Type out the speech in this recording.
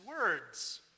words